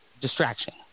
distraction